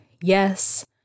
yes